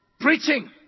Preaching